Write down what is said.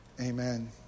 Amen